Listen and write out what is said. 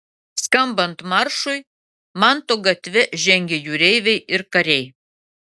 skambant maršui manto gatve žengė jūreiviai ir kariai